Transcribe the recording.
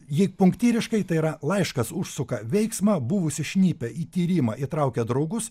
ji punktyriškai tai yra laiškas užsuka veiksmą buvusi šnipė į tyrimą įtraukia draugus